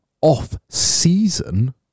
off-season